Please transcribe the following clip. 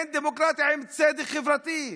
אין דמוקרטיה בלי צדק חברתי.